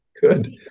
Good